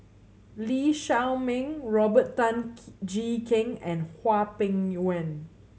Lee Shao Meng Robert Tan Jee Keng and Hwang Peng Yuan